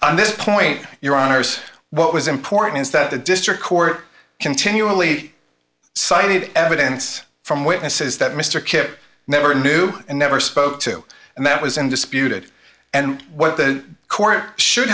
on this point your honour's what was important is that the district court continually cited evidence from witnesses that mr kipp never knew and never spoke to and that was in disputed and what the court should